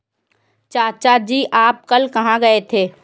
चाचा जी आप कल कहां गए थे?